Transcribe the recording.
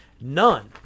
none